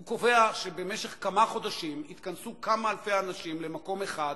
הוא קובע שבמשך כמה חודשים יתכנסו כמה אלפי אנשים למקום אחד,